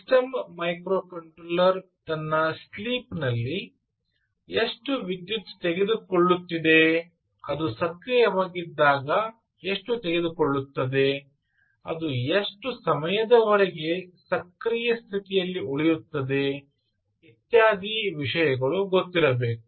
system microcontroller ತನ್ನ sleep ನಲ್ಲಿ ಎಷ್ಟು ವಿದ್ಯುತ್ ತೆಗೆದುಕೊಳ್ಳುತ್ತಿದೆ ಅದು ಸಕ್ರಿಯವಾಗಿದ್ದಾಗ ಎಷ್ಟು ತೆಗೆದುಕೊಳ್ಳುತ್ತದೆ ಅದು ಎಷ್ಟು ಸಮಯದವರೆಗೆ ಸಕ್ರಿಯ ಸ್ಥಿತಿಯಲ್ಲಿ ಉಳಿಯುತ್ತದೆ ಇತ್ಯಾದಿ ವಿಷಯಗಳು ಗೊತ್ತಿರಬೇಕು